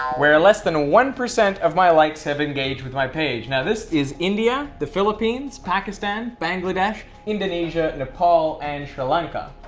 where less than one percent of my likes have engaged with my page. now this is india, the philippines, pakistan, bangladesh, indonesia, nepal, and sri lanka.